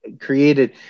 created